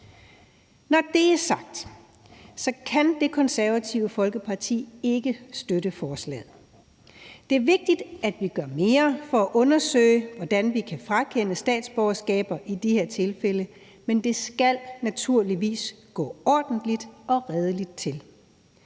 Når det er sagt, kan Det Konservative Folkeparti ikke støtte forslaget. Det vigtigt, at vi gør mere for at undersøge, hvordan vi kan frakende statsborgerskaber i de her tilfælde, men det skal naturligvis gå ordentligt og redeligt til.